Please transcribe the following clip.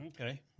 Okay